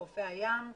לחופי הים.